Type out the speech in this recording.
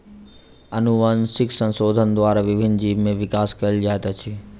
अनुवांशिक संशोधन द्वारा विभिन्न जीव में विकास कयल जाइत अछि